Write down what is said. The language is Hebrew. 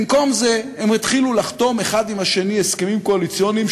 במקום זה הם התחילו לחתום אחד עם השני הסכמים קואליציוניים,